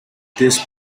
these